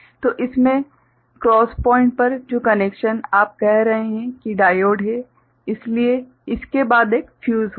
तो इसमें क्रॉस बिंदु पर जो कनेक्शन आप कह रहे हैं कि डायोड है इसलिए उसके बाद एक फ्यूज होगा